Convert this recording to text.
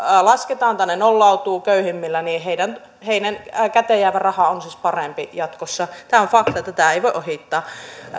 lasketaan tai ne nollautuvat köyhimmillä niin heidän heidän käteen jäävä rahansa on siis parempi jatkossa tämä on fakta tätä ei voi ohittaa